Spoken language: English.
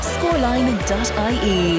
Scoreline.ie